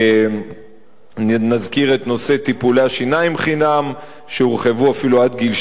נזכיר את נושא טיפולי השיניים חינם שהורחבו אפילו עד גיל 12,